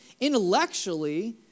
intellectually